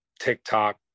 TikTok